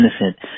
innocent